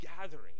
gathering